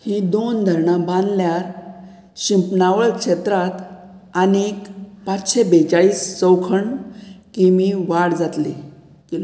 हीं दोन धरणां बांदल्यार शिंपणावळ क्षेत्रांत आनीक पांचशें बेचाळीस चौखण किमी वाड जातली